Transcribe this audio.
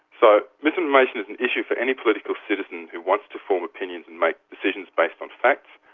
so misinformation is an issue for any political citizen who wants to form opinions and make decisions based on facts,